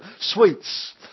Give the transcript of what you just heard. sweets